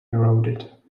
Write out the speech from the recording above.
eroded